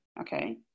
okay